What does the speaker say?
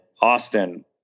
Austin